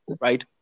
right